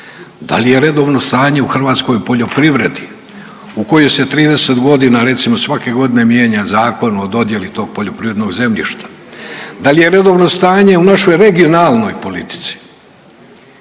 Da li je redovno stanje u hrvatskoj poljoprivredi u koju 30 godina recimo svake godine mijenja zakon o dodijeli tog poljoprivrednog zemljišta? Da li je redovno stanje u našoj regionalnoj politici